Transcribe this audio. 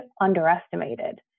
underestimated